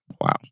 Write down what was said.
Wow